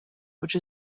which